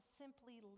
simply